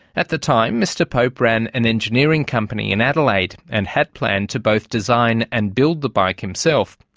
at the time mr pope ran an engineering company in adelaide and had planned to both design and build the bike himself.